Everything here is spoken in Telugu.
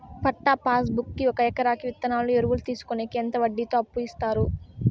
పట్టా పాస్ బుక్ కి ఒక ఎకరాకి విత్తనాలు, ఎరువులు తీసుకొనేకి ఎంత వడ్డీతో అప్పు ఇస్తారు?